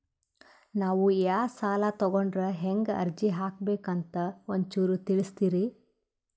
ನಾವು ಯಾ ಸಾಲ ತೊಗೊಂಡ್ರ ಹೆಂಗ ಅರ್ಜಿ ಹಾಕಬೇಕು ಅಂತ ಒಂಚೂರು ತಿಳಿಸ್ತೀರಿ?